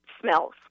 smells